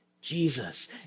Jesus